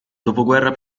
dopoguerra